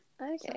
okay